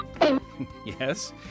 Yes